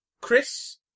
Chris